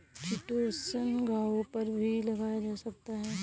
chitosan घावों पर भी लगाया जा सकता है